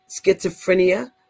Schizophrenia